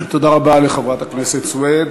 תודה רבה לחברת הכנסת סויד.